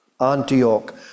Antioch